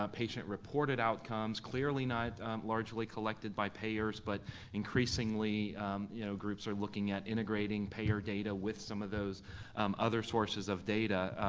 ah patient-reported outcomes, clearly not largely collected by payers, but increasingly you know groups are looking at integrating payer data with some of those other sources of data.